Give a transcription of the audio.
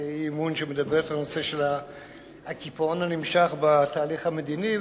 אי-אמון שמדברת על נושא הקיפאון הנמשך בתהליך המדיני,